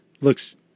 looks